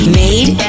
made